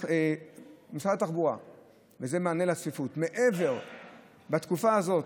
במענה על הצפיפות בתקופה הזאת,